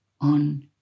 on